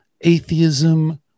atheism